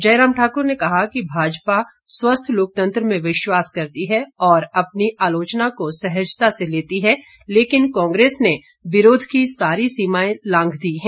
जयराम ठाकुर ने कहा कि भाजपा स्वस्थ लोकतंत्र में विश्वास करती है और अपनी आलोचना को सहजता से लेती है लेकिन कांग्रेस ने विरोध की सारी सीमाएं लांघ दी है